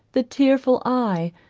the tearful eye,